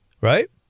Right